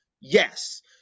Yes